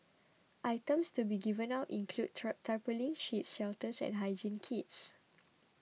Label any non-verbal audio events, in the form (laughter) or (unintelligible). items to be given out include (unintelligible) tarpaulin sheets shelters and hygiene kits